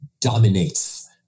dominates